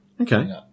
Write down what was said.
Okay